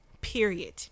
period